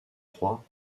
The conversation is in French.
roi